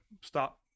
stop